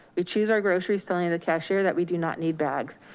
we choose our groceries telling you the cashier that we do not need bags,